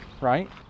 right